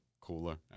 cooler